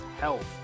health